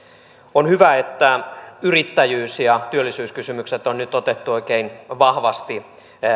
on hyvä että yrittäjyys ja työllisyyskysymykset on nyt otettu oikein vahvasti